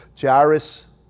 Jairus